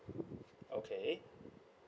okay